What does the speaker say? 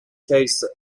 case